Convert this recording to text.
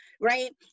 right